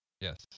Yes